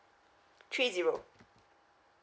three zero